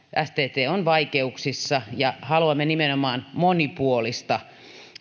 stt on vaikeuksissa ja haluamme nimenomaan monipuolista